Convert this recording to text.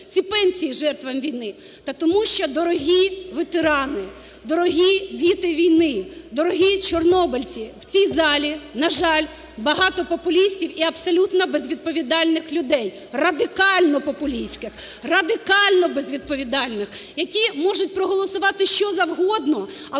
ці пенсії жертвам війни. Та тому що, дорогі ветерани, дорогі діти війни, дорогі чорнобильці, в цій залі, на жаль, багато популістів і абсолютно безвідповідальних людей: радикально популістських, радикально безвідповідальних, які можуть проголосувати що завгодно,